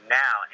now